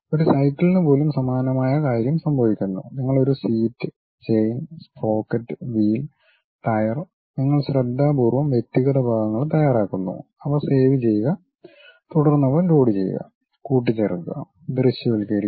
ഒരു സൈക്കിളിന് പോലും സമാനമായ കാര്യം സംഭവിക്കുന്നു നിങ്ങൾ ഒരു seat chain sprocket wheel tyre നിങ്ങൾ ശ്രദ്ധാപൂർവ്വം വ്യക്തിഗത ഭാഗങ്ങൾ തയ്യാറാക്കുന്നു അവ സേവ് ചെയ്യുക തുടർന്ന് അവ ലോഡുചെയ്യുക കൂട്ടിച്ചേർക്കുക ദൃശ്യവൽക്കരിക്കുക